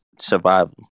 survival